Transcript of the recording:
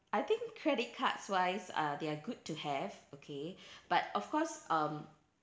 I think credit cards wise uh they are good to have okay but of course um